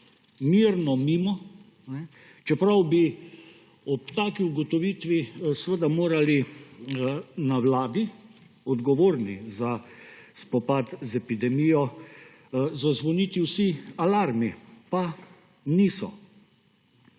mirno mimo, čeprav bi ob taki ugotovitvi seveda morali na Vladi odgovornim za spopad z epidemijo zazvoniti vsi alarmi. Pa niso.